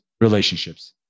relationships